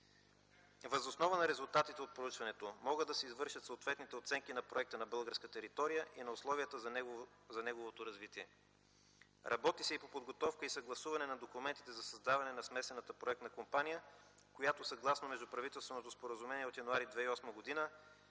Въз основа на резултатите от проучването могат да се извършат съответните оценки на проекта на българска територия и на условията за неговото развитие. Работи се и по подготовка и съгласуване на документите за създаване на смесената проектна компания, която съгласно междуправителственото споразумение от м. януари 2008 г.